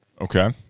Okay